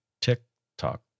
TikTok